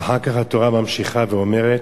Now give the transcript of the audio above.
ואחר כך התורה ממשיכה ואומרת: